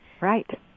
Right